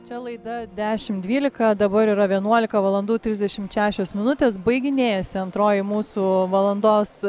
čia laida dešim dvylika dabar yra vienuolika valandų trisdešimt šešios minutės baiginėjasi antroji mūsų valandos